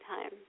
time